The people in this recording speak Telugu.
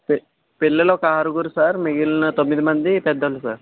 పి పిల్లలు ఒక ఆరుగురు సార్ మిగిలిన తొమ్మిది మంది పెద్దలు సార్